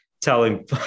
telling